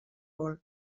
vol